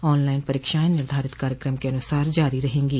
online परीक्षाएं निर्धारित कार्यक्रम के अनुसार जारी रहें गी